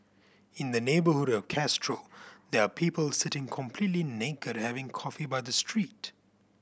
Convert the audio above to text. in the neighbourhood of Castro there are people sitting completely naked having coffee by the street